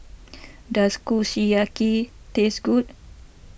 does Kushiyaki taste good